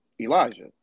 Elijah